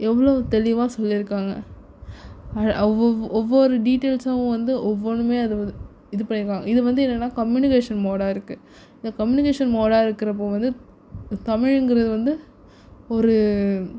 எவ்வளோ தெளிவாக சொல்லியிருக்காங்க ஒவ்வொரு ஒவ்வொரு டீடெயில்ஸும் வந்து ஒவ்வொன்றுமே அது இது பண்ணியிருக்காங்க இதை வந்து என்னனா கம்யூனிகேஷன் பேடாக இருக்குது இந்த கம்யூனிகேஷன் பேடாக இருக்கிறப்ப வந்து தமிழ்ங்கிறது வந்து ஒரு